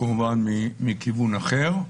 כמובן מכיוון אחר,